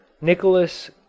Nicholas